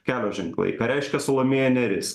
kelio ženklai ką reiškia salomėja nėris